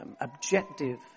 objective